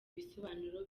ibisobanuro